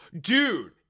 Dude